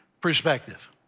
perspective